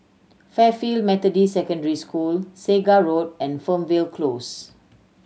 Fairfield Methodist Secondary School Segar Road and Fernvale Close